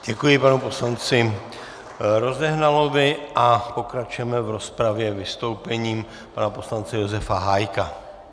Děkuji panu poslanci Rozehnalovi a pokračujeme v rozpravě vystoupením pana poslance Josefa Hájka.